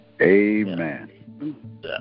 Amen